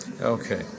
Okay